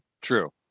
true